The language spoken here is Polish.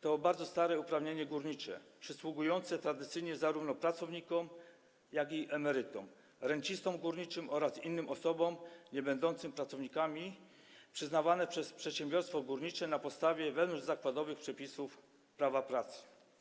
to bardzo stare uprawnienie górnicze przysługujące tradycyjnie zarówno pracownikom, jak i emerytom, rencistom górniczym oraz innym osobom niebędącym pracownikami, przyznawane przez przedsiębiorstwo górnicze na podstawie wewnątrzzakładowych przepisów prawa pracy.